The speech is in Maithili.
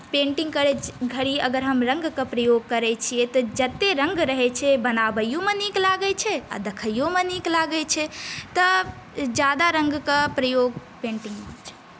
पेन्टिंग करै घड़ी अगर हम रङ्गके प्रयोग करै छियै तऽ जते रङ्ग रहै छै बनबैयोमे नीक लागै छै आ देखइयोमे नीक लागै छै तऽ ज्यादा रङ्गके प्रयोग पेन्टिंगमे होइ छै